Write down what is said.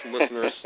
listeners